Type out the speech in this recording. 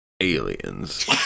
aliens